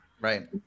Right